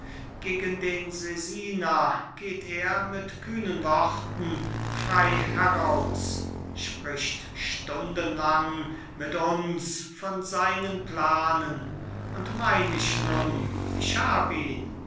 gegen den sesina geht er mit kühnen worten frei heraus spricht stundenlang mit uns von seinen planen und mein ich nun ich hab ihn